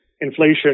Inflation